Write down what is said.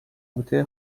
بوته